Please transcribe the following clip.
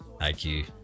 iq